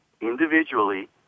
individually